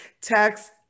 text